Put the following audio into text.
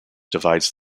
divides